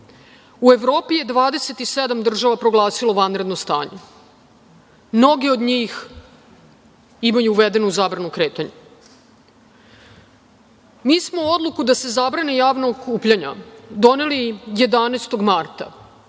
Evropi je 27 država proglasilo vanredno stanje. Mnoge od njih imaju uvedenu zabranu kretanja. Mi smo odluku da se zabrane javna okupljanja doneli 11. marta.